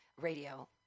radio